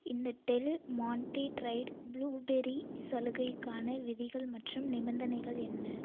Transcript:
இந்த Del Monte dried blueberry சலுகைக்கான விதிகள் மற்றும் நிபந்தனைகள் என்ன